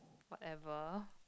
whatever